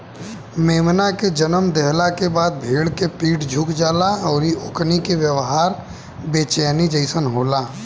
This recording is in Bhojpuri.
मेमना के जनम देहला के बाद भेड़ के पीठ झुक जाला अउरी ओकनी के व्यवहार बेचैनी जइसन होला